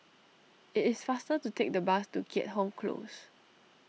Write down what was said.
it is faster to take the bus to Keat Hong Close